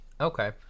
Okay